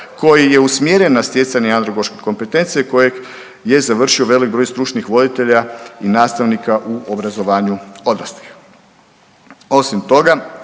koji je usmjeren na stjecanje androgoške kompetencije kojeg je završio velik broj stručnih voditelja i nastavnika u obrazovanju odraslih. Osim toga